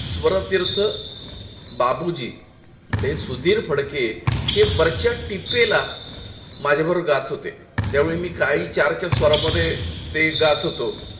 स्वरतीर्थ बाबूजी म्हणजे सुधीर फडके हे वरच्या टिपेला माझ्याबरोबर गात होते त्यामुळे मी काळी चारच्या स्वरामध्ये ते गात होतो